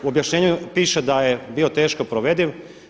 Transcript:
U objašnjenju piše da je bio teško provediv.